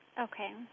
Okay